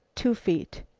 two feet,